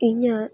ᱤᱧᱟᱹᱜ